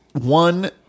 one